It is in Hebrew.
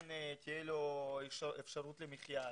הדיון מתקיים בעקבות יזמתם של חברי הכנסת אנדרי קוז'ינוב ויואל